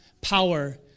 power